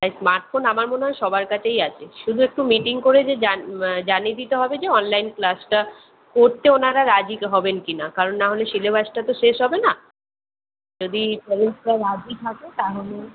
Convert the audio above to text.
তাই স্মার্টফোন আমার মনে হয় সবার কাছেই আছে শুধু একটু মিটিং করে যে জান জানিয়ে দিতে হবে যে অনলাইন ক্লাসটা করতে ওঁরা রাজি হবেন কি না কারণ নাহলে সিলেবাসটা তো শেষ হবে না যদি প্যারেন্টসরা রাজি থাকে তাহলে